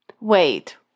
Wait